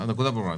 הנקודה ברורה.